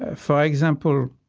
ah for example,